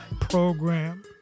program